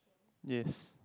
yes